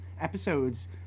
episodes